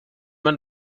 man